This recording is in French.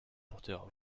rapporteur